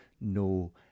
no